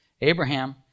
abraham